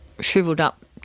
shriveled-up